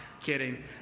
Kidding